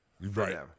Right